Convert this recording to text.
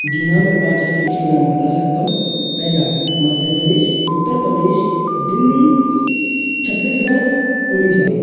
जी हाँ मैं पाँच स्टेट्स के नाम बता सकता हूँ पहला मध्य प्रदेश उत्तर प्रदेश दिल्ली छत्तीसगढ़ उड़ीसा